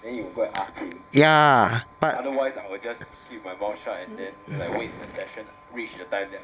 ya but